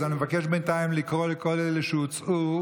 אז אני מבקש בינתיים לקרוא לכל אלה שהוצאו,